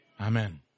Amen